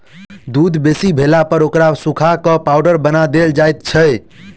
दूध बेसी भेलापर ओकरा सुखा क पाउडर बना देल जाइत छै